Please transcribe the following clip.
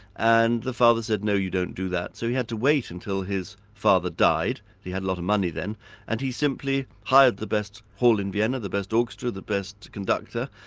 and the father said, no, you don't do that. so he had to wait until his father died he had a lot of money then and he simply hired the best hall in vienna, the best orchestra, the best conductor,